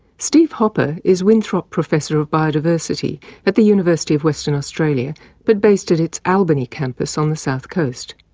steve hopper is winthrop professor of biodiversity at the university of western australia but based at its albany campus on the south coast.